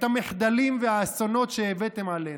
את המחדלים והאסונות שהבאתם עלינו,